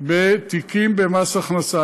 בתיקים במס הכנסה.